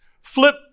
flip